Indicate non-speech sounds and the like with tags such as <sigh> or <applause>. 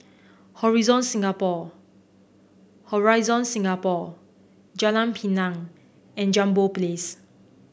<unintelligible> Singapore Horizon Singapore Jalan Pinang and Jambol Place